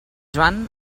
joan